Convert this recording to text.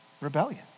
rebellion